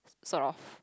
sort of